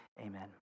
Amen